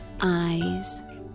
eyes